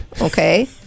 okay